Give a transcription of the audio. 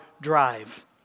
drive